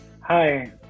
hi